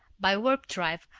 by warp-drive,